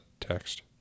text